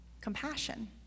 compassion